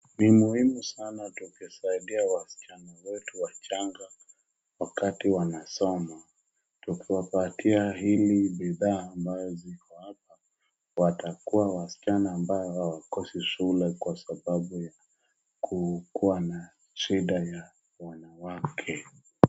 Ni muhimu sana tukisaidia wasichana wetu wachanga wakati wanasoma. Tukiwapitia ili bidhaa ambayo ziko hapa watakuwa wasichana ambao hawakosi shule kwa sababu ya kukuwa na shida ya wanawake.